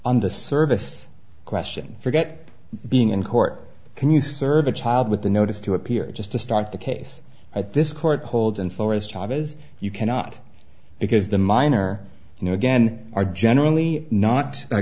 the service question forget being in court can you serve a child with a notice to appear just to start the case at this court holds and forest charges you cannot because the minor you know again are generally not i